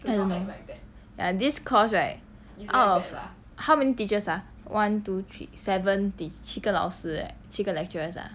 I don't know ya this course right out of how many teachers ah one two three seventy 七个老师 right 七个 lecturers ah